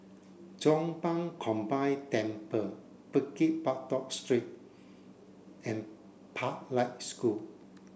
Chong Pang Combined Temple Bukit Batok Street and Pathlight School